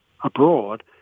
abroad